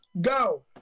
go